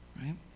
right